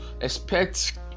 expect